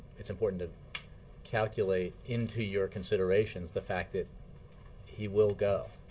it's important to calculate into your considerations the fact that he will go.